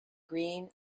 green